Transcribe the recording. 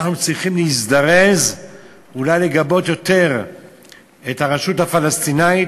אנחנו צריכים להזדרז אולי לגבות יותר את הרשות הפלסטינית,